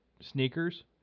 sneakers